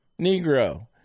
Negro